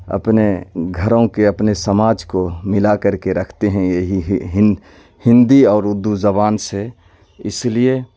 اپنے گھروں کے اپنے سماج کو ملا کر کے رکھتے ہیں یہی ہندی اور اردو زبان سے اس لیے